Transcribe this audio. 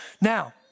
Now